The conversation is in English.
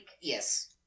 Yes